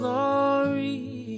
Glory